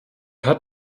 hat